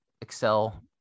excel